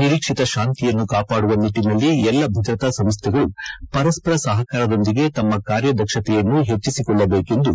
ನಿರೀಕ್ಷಿತ ಶಾಂತಿಯನ್ನು ಕಾಪಾಡುವ ನಿಟ್ಟಿನಲ್ಲಿ ಎಲ್ಲ ಭದ್ರತಾ ಸಂಸ್ಥೆಗಳು ಪರಸ್ವರ ಸಹಕಾರದೊಂದಿಗೆ ತಮ್ಮ ಕಾರ್ಯ ದಕ್ಷತೆಯನ್ನು ಹೆಚ್ಚಿಸಿಕೊಳ್ಳಬೇಕೆಂದು